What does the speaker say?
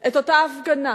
את אותה הפגנה,